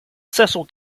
cecil